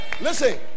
Listen